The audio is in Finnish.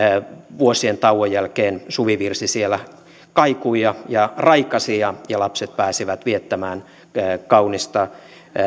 vuosien tauon jälkeen suvivirsi siellä kaikui ja ja raikasi ja ja lapset pääsivät viettämään kaunista